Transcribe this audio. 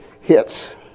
hits